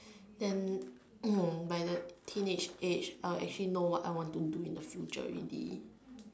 then no by the teenage age I will actually know what I want to do in the future already